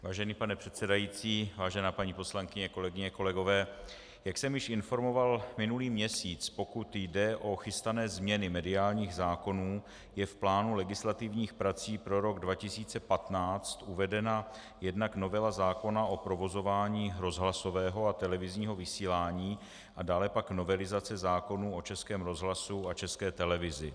Vážený pane předsedající, vážená paní poslankyně, kolegyně a kolegové, jak jsem již informoval minulý měsíc, pokud jde o chystané změny mediálních zákonů je v plánu legislativních prací pro rok 2015 uvedena jednak novela zákona o provozování rozhlasového a televizního vysílání a dále pak novelizace zákonů o Českém rozhlasu a České televizi.